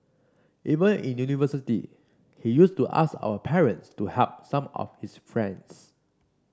even in university he used to ask our parents to help some of his friends